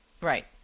Right